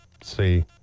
see